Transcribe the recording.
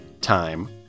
time